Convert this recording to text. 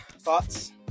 Thoughts